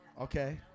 Okay